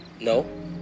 No